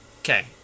Okay